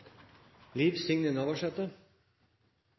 Liv Signe Navarsete,